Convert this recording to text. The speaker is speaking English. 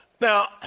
Now